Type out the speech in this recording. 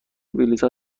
بلیتها